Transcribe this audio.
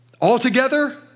altogether